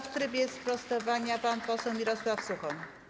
W trybie sprostowania pan poseł Mirosław Suchoń.